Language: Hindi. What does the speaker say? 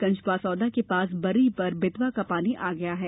गंजबासौदा के पास बर्री पर बेतवा का पानी आ गया है